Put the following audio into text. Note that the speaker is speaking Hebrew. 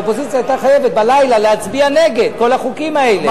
האופוזיציה היתה חייבת בלילה להצביע נגד כל החוקים האלה.